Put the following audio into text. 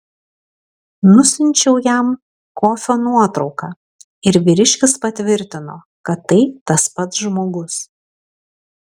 nusiunčiau jam kofio nuotrauką ir vyriškis patvirtino kad tai tas pats žmogus